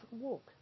walk